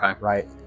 Right